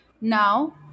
Now